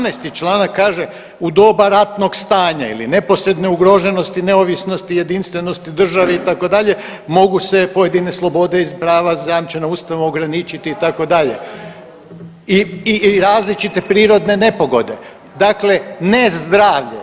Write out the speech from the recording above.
17. članak kaže: U doba ratnog stanja ili neposredne ugroženosti, neovisnosti i jedinstvenosti itd., mogu se pojedine slobode iz prava zajamčenog Ustavom ograničiti itd. i različite prirodne nepogode, dakle ne zdravlje.